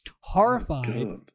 Horrified